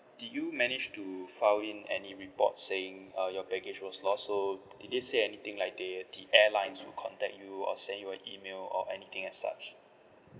did you manage to file in any reports saying uh your package was lost so did they say anything like they the airlines will contact you or send you an email or anything as such